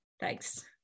Thanks